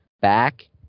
back